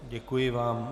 Děkuji vám.